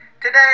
Today